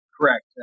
correct